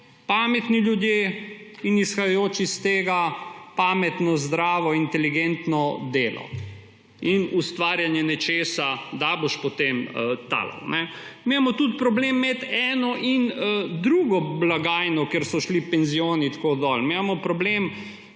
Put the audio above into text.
pametni ljudje in izhajajoč iz tega pametno, zdravo, inteligentno delo in ustvarjanje nečesa, da boš potem talal. Mi imamo tudi problem imeti eno in drugo blagajno, ker so šli penzioni tako dol. Mi imamo problem